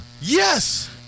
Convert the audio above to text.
Yes